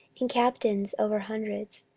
and captains over hundreds,